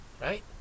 right